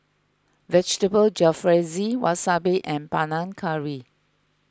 Vegetable Jalfrezi Wasabi and Panang Curry